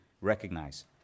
recognize